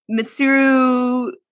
Mitsuru